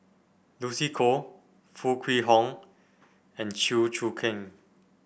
Lucy Koh Foo Kwee Horng and Chew Choo Keng